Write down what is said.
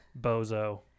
bozo